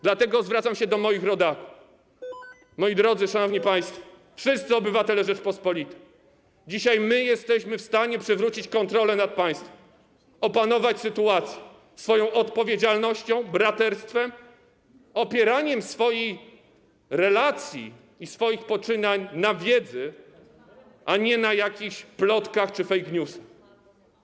Dlatego zwracam się do moich rodaków: moi drodzy, szanowni państwo, wszyscy obywatele Rzeczypospolitej, dzisiaj my jesteśmy w stanie przywrócić kontrolę nad państwem, opanować sytuację swoją odpowiedzialnością, braterstwem, opieraniem swoich relacji i swoich poczynań na wiedzy, a nie na jakichś plotkach czy fake newsach.